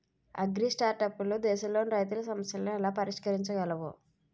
అగ్రిస్టార్టప్లు దేశంలోని రైతుల సమస్యలను ఎలా పరిష్కరించగలవు?